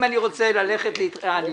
אם אני רוצה ללכת אה,